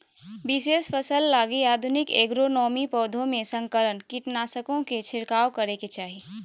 विशेष फसल लगी आधुनिक एग्रोनोमी, पौधों में संकरण, कीटनाशकों के छिरकाव करेके चाही